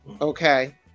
Okay